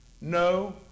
No